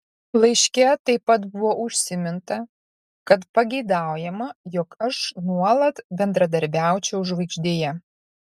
laiške taip pat buvo užsiminta kad pageidaujama jog aš nuolat bendradarbiaučiau žvaigždėje